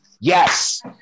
Yes